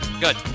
Good